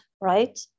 right